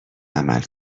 عمل